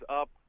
up